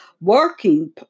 working